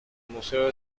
museo